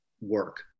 work